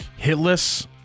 Hitless